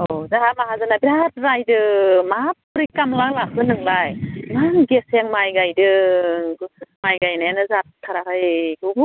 अ जाहा माहाजोना बिराद रायदों माब्रै खामला लाखो नोंलाय इमान गेसें माइ गायदों माइ गायनायानो जाथाराखै गब'